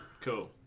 Cool